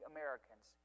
Americans